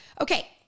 Okay